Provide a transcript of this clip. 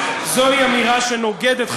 זוהי אמירה שנוגדת,